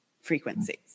frequencies